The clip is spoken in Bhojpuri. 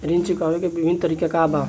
ऋण चुकावे के विभिन्न तरीका का बा?